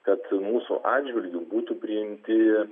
kad mūsų atžvilgiu būtų priimti